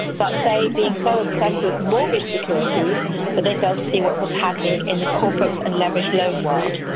but, say, being so obsessed with mortgage securities that they failed to see what was happening in the corporate and leveraged loan world.